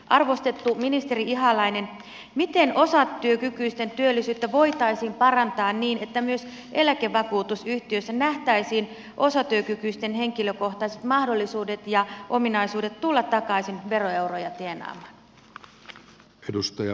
arvostettu ministeri ihalainen miten osatyökykyisten työllisyyttä voitaisiin parantaa niin että myös eläkevakuutusyhtiöissä nähtäisiin osatyökykyisten henkilökohtaiset mahdollisuudet ja ominaisuudet tulla takaisin veroeuroja tienaamaan